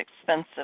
expensive